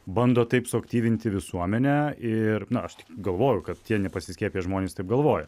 bandot taip suaktyvinti visuomenę ir na aš tik galvoju kad tie nepasiskiepiję žmonės taip galvoja